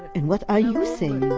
and what are you saying?